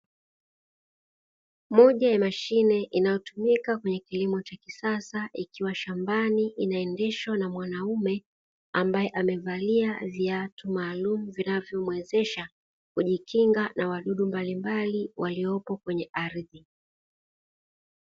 Moja ya mashine inayotumika kwenye kilimo cha kisasa ikiwa shambani inaendeshwa na mwanaume, ambaye amevalia viatu maalumu vinavyomwezesha kujikinga na wadudu mbalimbali waliopo kwenye ardhi.